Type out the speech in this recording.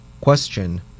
Question